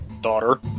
Daughter